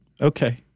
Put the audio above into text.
Okay